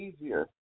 easier